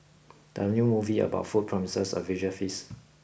the new movie about food promises a visual feast